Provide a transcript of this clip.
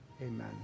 Amen